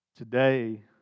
Today